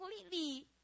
completely